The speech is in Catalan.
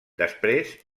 després